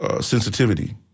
sensitivity